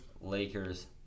Lakers